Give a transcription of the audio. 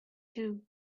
two